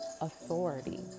authority